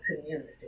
community